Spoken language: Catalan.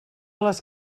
les